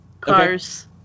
Cars